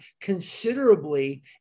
considerably